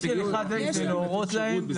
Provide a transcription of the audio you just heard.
הכלי הוא לתת להם הוראה.